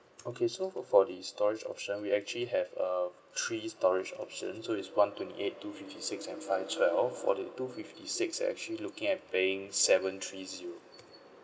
okay so for for the storage option we actually have uh three storage option so is one twenty eight two fifty six and five twelve for the two fifty six you're actually looking at paying seven three zero